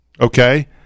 okay